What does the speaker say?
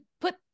put